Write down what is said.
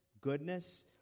goodness